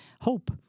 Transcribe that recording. hope